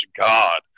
god